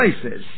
places